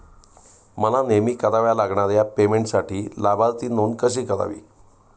मला नेहमी कराव्या लागणाऱ्या पेमेंटसाठी लाभार्थी नोंद कशी करावी?